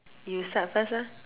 you start first ah